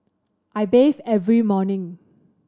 I bathe every morning